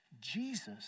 Jesus